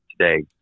today